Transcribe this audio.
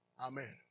amen